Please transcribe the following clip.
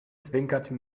zwinkerte